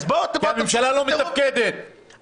כי הממשלה לא מתפקדת,